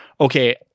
Okay